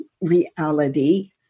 reality